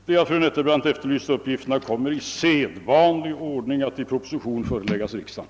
De av fru Nettelbrandt efterlysta uppgifterna kommer i sedvanlig ordning att i proposition föreläggas riksdagen.